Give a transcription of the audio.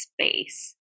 space